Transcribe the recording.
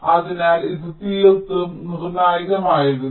അതിനാൽ ഇത് തീർത്തും നിർണായകമായിരുന്നു